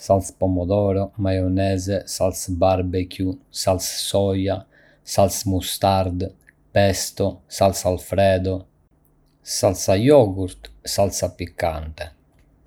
Ka shumë lloje salcash, si salcë domatesh, majonezë, salcë barbecue, salcë soje, salcë mustardë, pesto, salcë alfredo, salcë ranch dhe vinaigrette. Çdo salcë ka shijen e saj unike dhe mund të përdoret për të shoqëruar pjata të ndryshme.